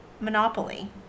Monopoly